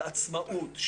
של עצמאות,